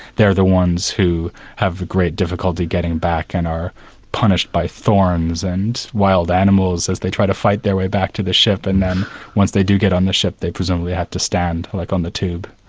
they're the ones who have the great difficulty getting back, and are punished by thorns and wild animals as they try to fight their way back to the ship, and then once they do get on the ship, they presumably have to stand, like on the tube